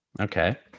Okay